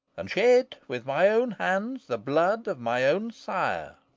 and shed with my own hands the blood of my own sire.